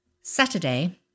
Saturday